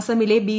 അസമിലെ ബി